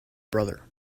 brother